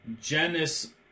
genus